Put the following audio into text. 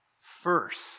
first